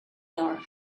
dark